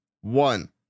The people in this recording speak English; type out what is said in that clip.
one